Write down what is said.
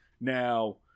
Now